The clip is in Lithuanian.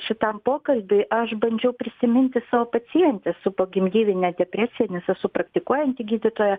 šitam pokalbiui aš bandžiau prisiminti savo pacientę su pogimdyvine depresija nes esu praktikuojanti gydytoja